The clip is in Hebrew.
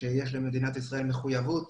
שיש למדינת ישראל מחויבות